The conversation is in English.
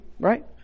right